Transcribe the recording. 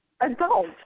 adult